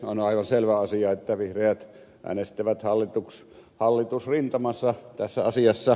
on aivan selvä asia että vihreät äänestävät hallitusrintamassa tässä asiassa